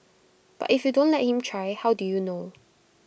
but if you don't let him try how do you know